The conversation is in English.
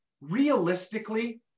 realistically